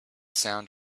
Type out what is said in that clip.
sound